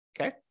Okay